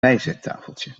bijzettafeltje